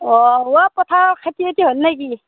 অঁ অ' পথাৰৰ খেতি চেতি হ'ল নেকি